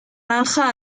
granja